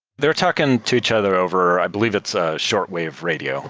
they're talking to each other over i believe it's a shortwave radio